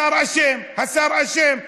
השר אשם, השר אשם.